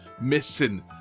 missing